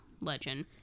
legend